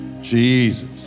Jesus